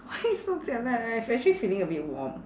why you so jialat ah I actually feeling a bit warm